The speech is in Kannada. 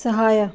ಸಹಾಯ